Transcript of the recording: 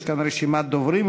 יש כאן רשימת דוברים.